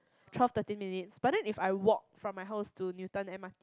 twelve thirteen minutes but then if I walk from my house to Newton M_R_T